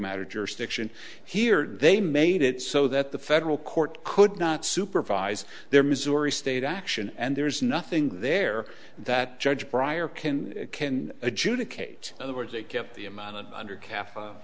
matter jurisdiction here they made it so that the federal court could not supervise their missouri state action and there is nothing there that judge bryer can can adjudicate other words they kept the amount of